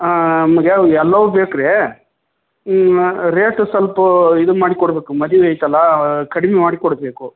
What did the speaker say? ನಮಗೆ ಒಂದು ಎಲ್ಲವು ಬೇಕ್ರಿ ರೇಟು ಸ್ವಲ್ಪ ಇದು ಮಾಡಿಕೊಡಬೇಕು ಮದುವೆ ಐತಲ್ಲಾ ಕಡ್ಮೆ ಮಾಡಿಕೊಡಬೇಕು